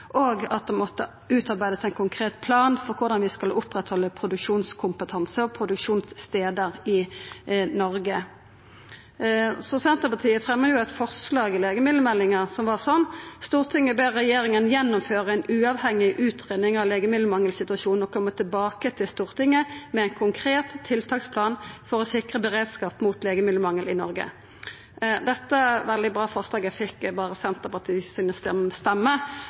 og at det måtte utarbeidast ein konkret plan for korleis ein skal halda oppe produksjonskompetanse og produksjonsstader i Noreg. Senterpartiet fremja eit forslag under behandlinga av legemiddelmeldinga som var sånn: «Stortinget ber regjeringen gjennomføre en uavhengig utredning av legemiddelmangelsituasjonen og komme tilbake til Stortinget med en konkret tiltaksplan for å sikre beredskap for legemiddelmangel i Norge.» Dette veldig gode forslaget